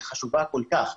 היא חשובה כל כך,